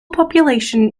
population